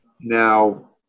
Now